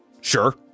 Sure